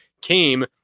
Came